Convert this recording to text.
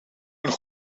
een